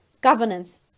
Governance